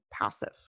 passive